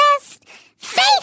Faith